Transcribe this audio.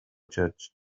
church